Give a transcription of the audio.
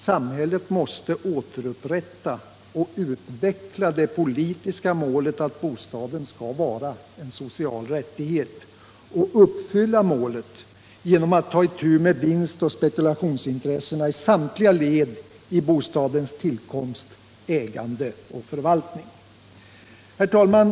Samhället måste återupprätta och utveckla det politiska målet att bostaden skall vara en social rättighet och uppfylla målet genom att ta itu med vinstoch spekulationsintressena i samtliga led i bostadens tillkomst, ägande och förvaltning. Herr talman!